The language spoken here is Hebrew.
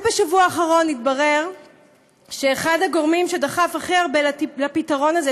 רק בשבוע האחרון התברר שאחד הגורמים שדחף הכי הרבה לפתרון הזה,